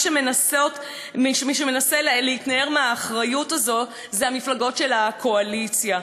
מי שמנסה להתנער מהאחריות הזאת זה מפלגות הקואליציה.